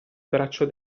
braccio